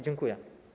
Dziękuję.